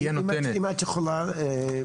אם את יכולה,